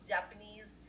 Japanese